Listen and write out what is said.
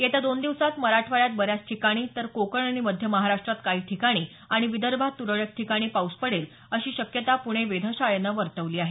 येत्या दोन दिवसात मराठवाड्यात बऱ्याच ठिकाणी तर कोकण आणि मध्य महाराष्ट्रात काही ठिकाणी आणि विदर्भात तुरळक ठिकाणी पाऊस पडेल अशी शक्यता प्णे वेधशाळेनं वर्तवली आहे